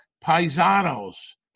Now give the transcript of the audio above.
Paisano's